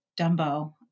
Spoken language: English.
Dumbo